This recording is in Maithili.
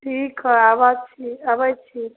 ठीक हइ आबऽ छी आबै छी